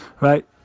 right